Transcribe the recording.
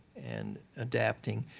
and adapting.